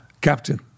captain